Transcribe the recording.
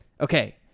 okay